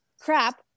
crap